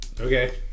Okay